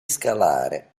scalare